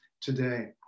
today